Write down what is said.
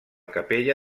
capella